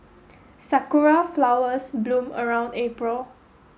sakura flowers bloom around April